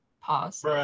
pause